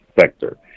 sector